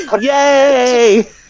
Yay